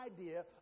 idea